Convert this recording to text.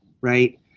Right